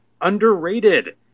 underrated